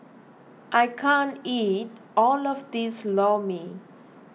I can't eat all of this Lor Mee